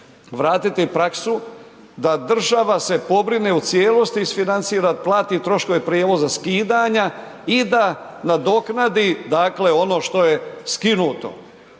vratiti praksu da država se pobrine u cijelosti, isfinancira, plati troškove prijevoza, skidanja i da nadoknadi dakle ono što je skinuto.